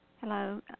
Hello